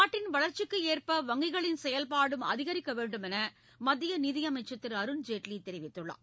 நாட்டின் வளர்ச்சிக்கு ஏற்ப வங்கிகளின் செயல்பாடும் அதிகரிக்க வேண்டும் என மத்திய நிதியமைச்சர் திரு அருண்ஜேட்லி தெரிவித்துள்ளார்